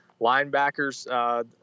linebackers